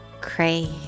Cray